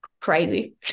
crazy